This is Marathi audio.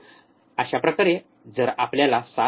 अशा प्रकारे जर आपल्याला ७